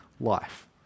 life